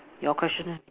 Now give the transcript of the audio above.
your question